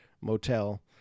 motel